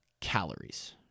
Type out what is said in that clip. calories